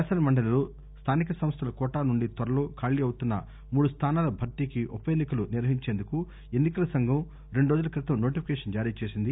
శాసన మండలిలో స్టానిక సంస్థల కోటా నుండి త్వరలో ఖాళీ అవుతున్న మూడు స్థానాల భర్తీకి ఉప ఎన్నికలు నిర్వహించేందుకు ఎన్నికల సంఘం రెండు రోజుల క్రితం నోటిఫికేషన్ జారీచేసింది